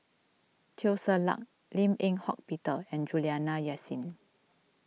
Teo Ser Luck Lim Eng Hock Peter and Juliana Yasin